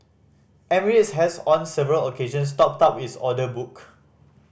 emirates has on several occasions topped up its order book